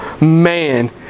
man